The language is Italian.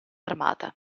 armata